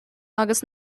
agus